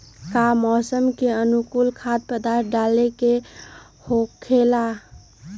का मौसम के अनुकूल खाद्य पदार्थ डाले के होखेला?